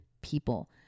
people